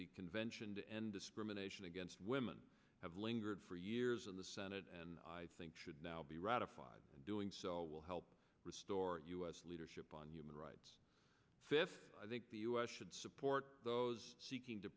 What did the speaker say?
the convention to end discrimination against women have lingered for years in the senate and i think should now be ratified doing so will help restore u s leadership on human rights fifth i think the u s should support those seeking to